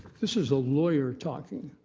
this is a lawyer talking.